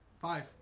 Five